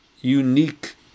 unique